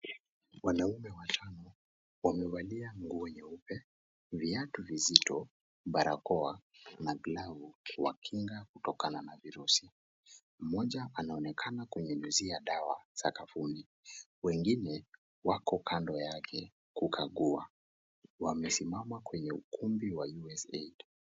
Wanaume watano, wamevalia nguo nyeupe, viatu vizito, barakoa, na glavu kuwakinga kutokana na virusi, mmoja anaonekana kunyunyizia dawa sakafuni, wengine, wako kando yake, kukagua, wamesimama kwenye ukumbi wa USAID.